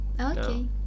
Okay